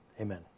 Amen